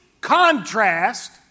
contrast